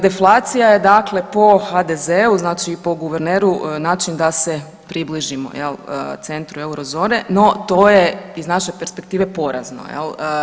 Deflacija je dakle po HDZ-u, znači i po guverneru način da se približimo jel centru eurozone, no to je iz naše perspektive porazno jel.